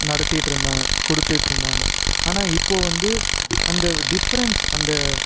நடத்திட்டுருந்தாங்க கொடுத்துட்ருந்தாங்க ஆனால் இப்போது வந்து அந்த டிஃப்ரெண்ட்ஸ் அந்த